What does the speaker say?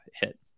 hit